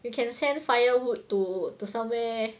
you can send firewood to to somewhere